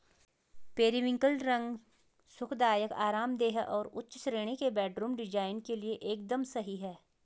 periwinkle रंग सुखदायक, आरामदेह और उच्च श्रेणी के बेडरूम डिजाइन के लिए एकदम सही है